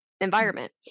environment